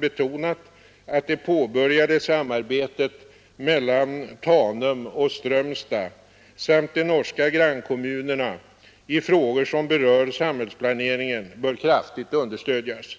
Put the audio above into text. betonat att det påbörjade samarbetet mellan Tanum och Strömstad samt de norska grannkommunerna i frågor som berör samhällsplaneringen bör kraftigt understödjas.